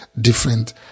different